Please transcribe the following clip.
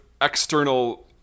external